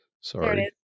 Sorry